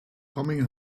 coming